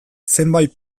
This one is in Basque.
zenbait